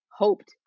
hoped